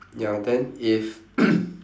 ya then if